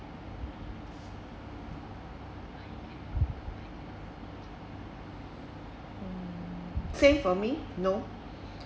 mm same for me no